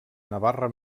navarra